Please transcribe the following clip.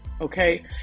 okay